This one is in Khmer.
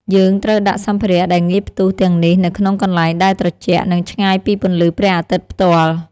យើងត្រូវដាក់សម្ភារៈដែលងាយផ្ទុះទាំងនេះនៅក្នុងកន្លែងដែលត្រជាក់ និងឆ្ងាយពីពន្លឺព្រះអាទិត្យផ្ទាល់។